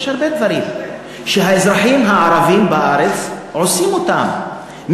יש הרבה דברים שהאזרחים הערבים בארץ עושים אותם,